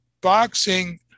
boxing